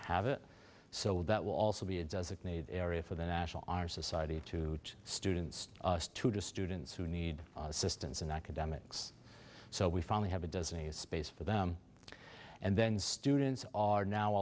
have it so that will also be a designated area for the national honor society to students to to students who need assistance in academics so we finally have a disease space for them and then students are now